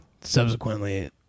Subsequently